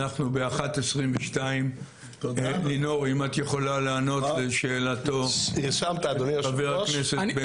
אנחנו ב- 13:22 נורית אם את יכולה לענות לשאלתו של חבר הכנסת.